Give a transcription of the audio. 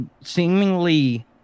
seemingly